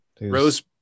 Rose